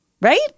right